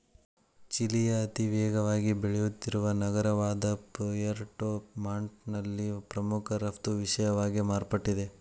ಚಿಲಿಯ ಅತಿವೇಗವಾಗಿ ಬೆಳೆಯುತ್ತಿರುವ ನಗರವಾದಪುಯೆರ್ಟೊ ಮಾಂಟ್ನಲ್ಲಿ ಪ್ರಮುಖ ರಫ್ತು ವಿಷಯವಾಗಿ ಮಾರ್ಪಟ್ಟಿದೆ